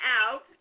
out